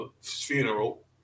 Funeral